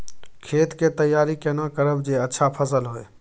खेत के तैयारी केना करब जे अच्छा फसल होय?